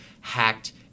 hacked